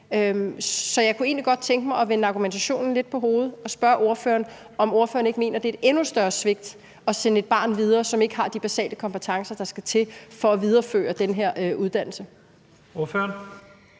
Så jeg kunne egentlig godt tænke mig at vende argumentationen lidt på hovedet og spørge ordføreren, om hun ikke mener, at det er et endnu større svigt at sende et barn videre, som ikke har de basale kompetencer, der skal til, for at fortsætte med den her uddannelse. Kl.